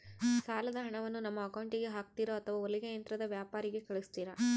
ಸಾಲದ ಹಣವನ್ನು ನಮ್ಮ ಅಕೌಂಟಿಗೆ ಹಾಕ್ತಿರೋ ಅಥವಾ ಹೊಲಿಗೆ ಯಂತ್ರದ ವ್ಯಾಪಾರಿಗೆ ಕಳಿಸ್ತಿರಾ?